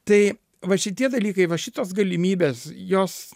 tai va šitie dalykai va šitos galimybės jos